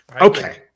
Okay